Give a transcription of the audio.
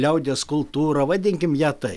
liaudies kultūrą vadinkim ją taip